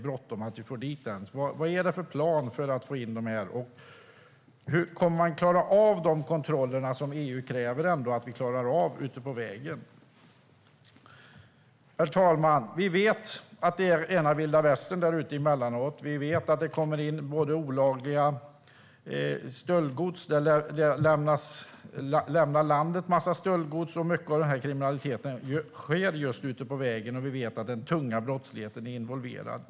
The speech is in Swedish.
Vad finns det för plan, och kommer vi att klara av de kontroller ute på vägen som EU kräver att vi klarar av? Herr talman! Vi vet att det är rena vilda västern där ute emellanåt, och vi vet att mycket stöldgods lämnar landet. Mycket av den här kriminaliteten sker just ute på vägen, och vi vet att den tunga brottsligheten är involverad.